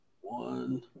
One